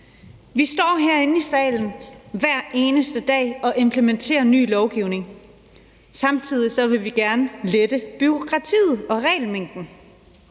Vi står herinde i salen hver eneste dag og implementerer ny lovgivning. Samtidig vil vi gerne lette bureaukratiet og regelmængden.